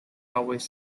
always